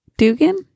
dugan